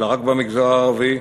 אלא רק במגזר הערבי,